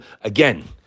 Again